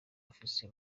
afise